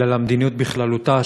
אלא למדיניות בכללותה,